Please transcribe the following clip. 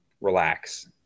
relax